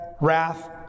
wrath